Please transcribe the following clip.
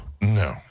No